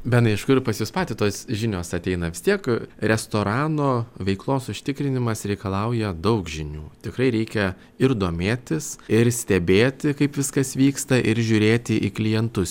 benai iš kur pas jus patį tos žinios ateina vis tiek restorano veiklos užtikrinimas reikalauja daug žinių tikrai reikia ir domėtis ir stebėti kaip viskas vyksta ir žiūrėti į klientus